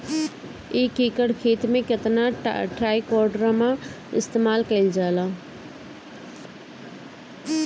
एक एकड़ खेत में कितना ट्राइकोडर्मा इस्तेमाल कईल जाला?